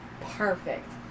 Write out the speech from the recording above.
Perfect